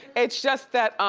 it's just that,